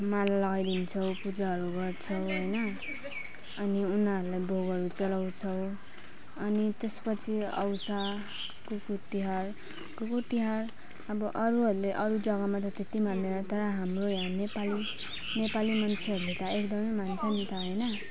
माला लगाइदिन्छौँ पूजाहरू गर्छौँ होइन अनि उनीहरूलाई भोगहरू चडाउँछौँ अनि त्यसपछि आउँछ कुकुर तिहार कुकुर तिहार अब अरूहरूले अरू जग्गामा त त्यति मान्दैन तर हाम्रो यहाँ नेपाली नेपाली मान्छेहरूले त एकदमै मान्छ नि अन्त होइन